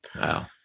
Wow